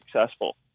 successful